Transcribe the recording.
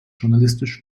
journalistisch